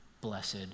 Blessed